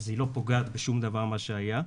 אז היא לא פוגעת בשום דבר מה שהיה.